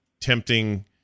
tempting